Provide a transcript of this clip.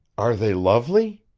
are they lovely?